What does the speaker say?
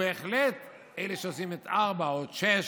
ובהחלט אלה שעושים את ארבע או את שש